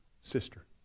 sister